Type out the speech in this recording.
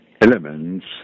elements